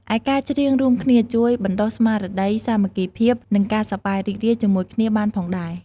ឯការច្រៀងរួមគ្នាជួយបណ្ដុះស្មារតីសាមគ្គីភាព និងការសប្បាយរីករាយជាមួយគ្នាបានផងដែរ។